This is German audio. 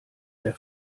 der